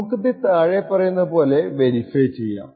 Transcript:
നമുക്കിത് താഴെ പറയുന്ന പോലെ വെരിഫൈ ചെയ്യാം